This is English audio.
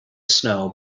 snow